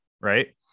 right